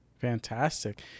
fantastic